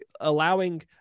allowing